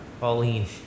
Pauline